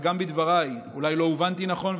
וגם בדבריי אולי לא הובנתי נכון,